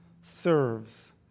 serves